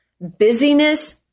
busyness